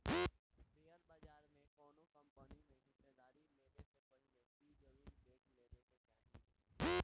share बाजार में कौनो कंपनी में हिस्सेदारी लेबे से पहिले इ जरुर देख लेबे के चाही